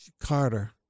Carter